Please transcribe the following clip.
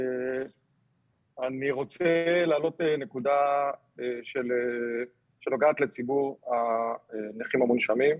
אני רוצה להעלות נקודה שנוגעת לציבור הנכים המונשמים.